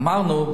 אמרנו,